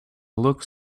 look